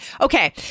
Okay